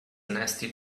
nasty